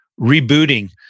rebooting